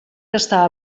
gastar